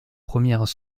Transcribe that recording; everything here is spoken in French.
premières